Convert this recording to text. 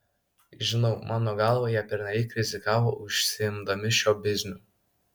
žinau mano galva jie pernelyg rizikavo užsiimdami šiuo bizniu